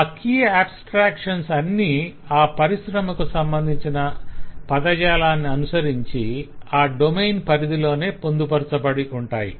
ఆ key abstractions అన్నీ ఆ పరిశ్రమకు సంబంధించిన పదజాలాన్ని అనుసరించి ఆ డొమైన్ పరిధిలోనే పొందుపరచబడి ఉంటాయి